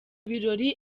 birori